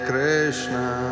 Krishna